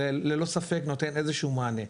זה ללא ספק נותן איזשהו מענה.